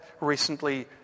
recently